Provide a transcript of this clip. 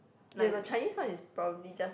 ya the Chinese one is probably just